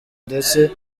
ndetse